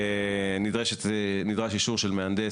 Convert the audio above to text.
נדרש אישור של מהנדס